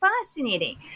fascinating